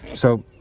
so,